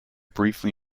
briefly